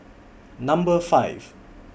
Number five